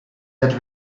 that